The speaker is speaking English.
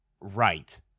right